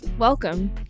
Welcome